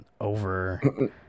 over